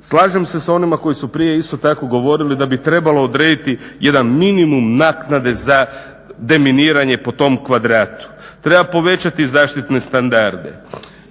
Slažem se s onima koji su prije isto tako govorili da bi trebalo odrediti jedan minimum naknade za deminiranje po tom kvadratu. Treba povećati zaštitne standarde.